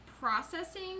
processing